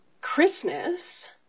Christmas